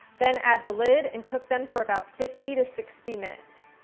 then add the lid and cook them for about fifty to sixty minutes.